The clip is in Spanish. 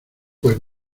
pues